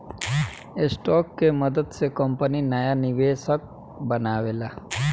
stock के मदद से कंपनी नाया निवेशक बनावेला